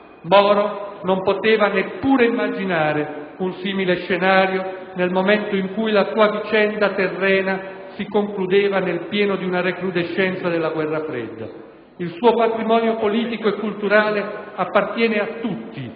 Moro non poteva neppure immaginare un simile scenario nel momento in cui la sua vicenda terrena si concludeva nel pieno di una recrudescenza della Guerra fredda. Il suo patrimonio politico e culturale appartiene a tutti,